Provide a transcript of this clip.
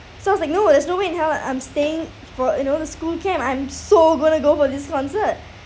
so I was like no there's no way in hell that I'm staying for you know the school camp I'm so going to go for this concert